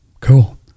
Cool